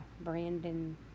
Brandon